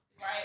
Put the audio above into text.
Right